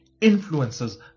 influences